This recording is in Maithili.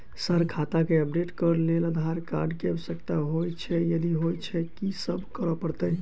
सर खाता केँ अपडेट करऽ लेल आधार कार्ड केँ आवश्यकता होइ छैय यदि होइ छैथ की सब करैपरतैय?